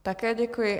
Také děkuji.